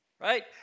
right